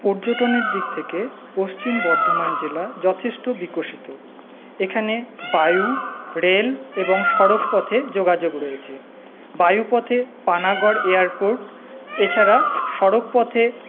পর্যটনের দিক থেকে পশ্চিম বর্ধমান জেলা যথেষ্ট বিকশিত এখানে বায়ু রেল এবং সড়কপথে যোগাযোগ রয়েছে বায়ুপথে পানাগড় এয়ারপোর্ট এছাড়া সড়কপথে